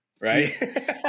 right